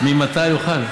ממתי הוא חל?